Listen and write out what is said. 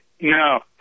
No